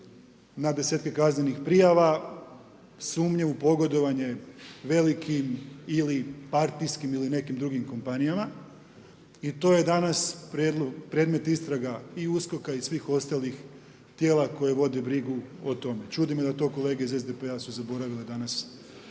na desetke kaznenih prijava, sumnje u pogodovanje velikim ili partijskim ili nekim drugim kompanijama i to je danas predmet istraga i USKOK-a i svih ostalih tijela koje vode brigu o tome. Čudi me da to kolege iz SDP-a su zaboravile danas